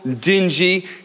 dingy